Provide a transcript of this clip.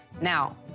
Now